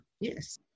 Yes